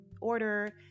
order